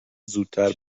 زودتر